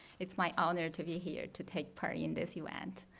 it's my honor to be here to take part in this event.